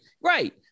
Right